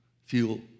fuel